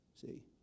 See